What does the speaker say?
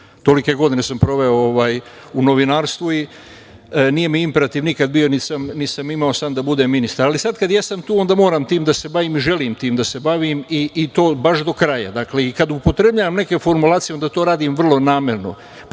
tolike godine sam proveo u novinarstvu i nije mi imperativ nikada bio, niti sam imao san da budem ministar, ali sada kada jesam tu, onda moram time da se bavim, želim time da se bavim i to baš do kraja. Kada upotrebljavam neke formulacije, onda to radim vrlo namerno,